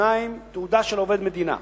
2. תעודה של עובד מדינה,